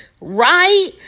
right